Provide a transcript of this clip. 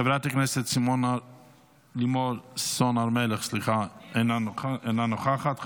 חברת הכנסת לימור סון הר מלך, אינה נוכחת.